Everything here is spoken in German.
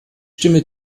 stimme